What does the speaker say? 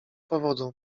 powodu